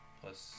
plus